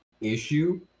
issue